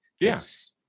Yes